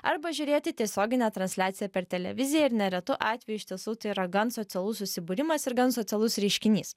arba žiūrėti tiesioginę transliaciją per televiziją ir neretu atveju iš tiesų tai yra gan socialus susibūrimas ir gan socialus reiškinys